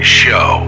show